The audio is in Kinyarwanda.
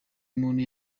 muntu